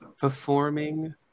performing